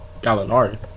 Gallinari